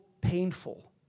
painful